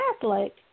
catholic